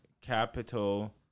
capital